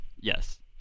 Yes